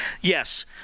yes